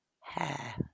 hair